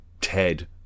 Ted